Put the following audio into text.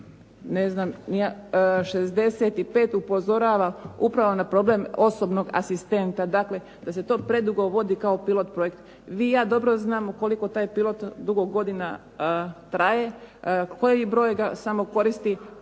na strani 65 upozorava upravo na problem osobnog asistenta. Dakle da se to predugo vodi kao pilot projekt. Vi i ja dobro znamo koliko taj pilot dugo godina traje, koji broj ga samo koristi,